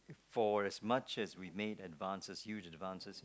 for as much as we made advances huge advances in